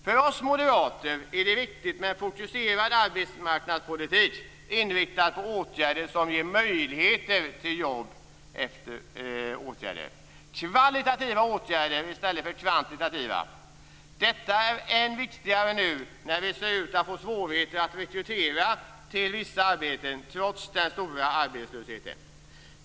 För oss moderater är det viktigt med en fokuserad arbetsmarknadspolitik inriktad på åtgärder som ger möjligheter till jobb efter åtgärder, dvs. kvalitativa åtgärder i stället för kvantitativa. Detta är än viktigare nu när det ser ut att bli svårigheter med rekrytering till vissa arbeten, trots den stora arbetslösheten.